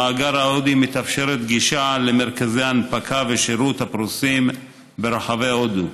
במאגר ההודי מתאפשרת גישה למרכזי הנפקה ושירות הפרוסים ברחבי הודו.